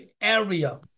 area